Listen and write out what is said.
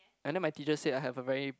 and then my teacher said I have a very